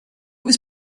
was